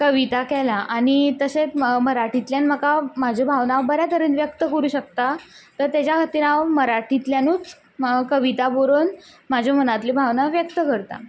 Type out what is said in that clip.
कविता केल्या आनी तशेंत मराठींतल्यान म्हाका म्हाज्यो भावना बऱ्या तरेन व्यक्त करूं शकता तर तेज्या खातीर हांव मराठींतल्यानूच हांव कविता बरोवन म्हाज्या मनांतल्यो भावना व्यक्त करता